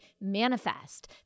manifest